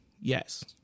Yes